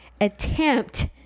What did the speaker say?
attempt